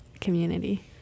community